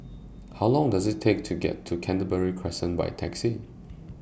How Long Does IT Take to get to Canberra Crescent By Taxi